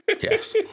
Yes